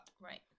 Right